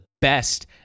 best